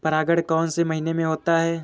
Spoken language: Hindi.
परागण कौन से महीने में होता है?